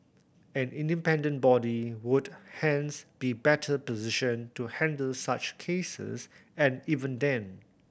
an independent body would hence be better positioned to handle such cases and even then